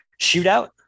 shootout